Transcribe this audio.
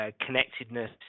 connectedness